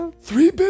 three